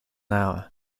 hour